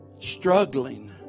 struggling